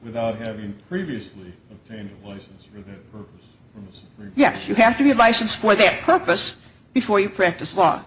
without having previously and well yes you have to be licensed for that purpose before you practice law